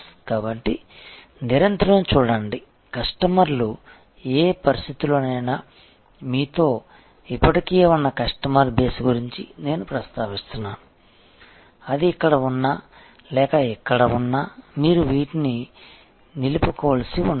కాబట్టి నిరంతరం చూడండి కస్టమర్లు ఏ పరిస్థితిలోనైనా మీతో ఇప్పటికే ఉన్న కస్టమర్ బేస్ గురించి నేను ప్రస్తావిస్తున్నాను అది ఇక్కడ ఉన్నా లేక ఇక్కడ ఉన్నా మీరు వాటిని నిలుపుకోవలసి ఉంటుంది